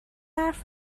حرف